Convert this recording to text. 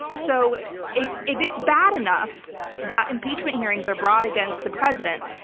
so if if it's bad enough that impeachment hearings are brought against the president,